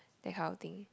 that kind of thing